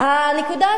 הנקודה השנייה,